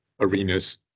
arenas